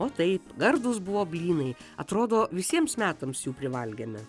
o taip gardūs buvo blynai atrodo visiems metams jų privalgėme